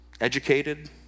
educated